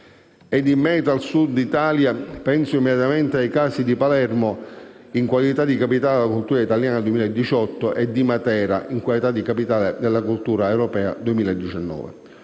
In merito al Sud Italia, penso immediatamente ai casi di Palermo, in qualità di capitale della cultura italiana 2018, e di Matera, in qualità di capitale della cultura europea 2019.